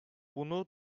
bunu